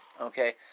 Okay